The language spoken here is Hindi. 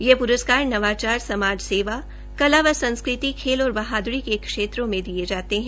ये प्रस्कार नवाचार समाज सेवा कला व संस्कृति खेल और बहादुरी के क्षेत्रों में दिये जाते है